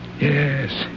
Yes